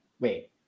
Wait